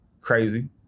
Crazy